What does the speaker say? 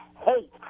hate